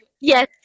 yes